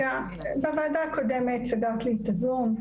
בוועדה הקודמת סגרת לי את הזום,